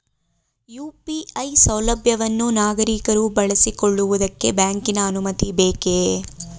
UPI ಸೌಲಭ್ಯವನ್ನು ನಾಗರಿಕರು ಬಳಸಿಕೊಳ್ಳುವುದಕ್ಕೆ ಬ್ಯಾಂಕಿನ ಅನುಮತಿ ಬೇಕೇ?